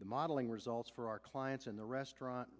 the modeling results for our clients in the restaurant